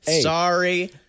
sorry